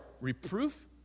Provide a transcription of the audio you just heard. reproof